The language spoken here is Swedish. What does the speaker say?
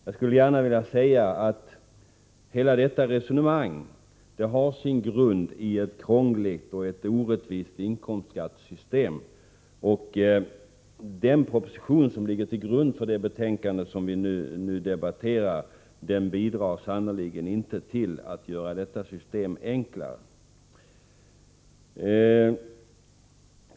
Jag skulle gärna vilja säga att hela detta resonemang har sin grund i ett krångligt och orättvist inkomstskattesystem. Den proposition som ligger till grund för det betänkande vi nu debatterar bidrar sannerligen inte till att göra detta system enklare.